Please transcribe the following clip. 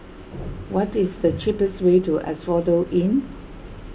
what is the cheapest way to Asphodel Inn